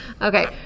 Okay